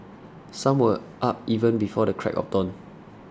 some were up even before the crack of dawn